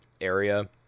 area